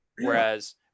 whereas